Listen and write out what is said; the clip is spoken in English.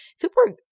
super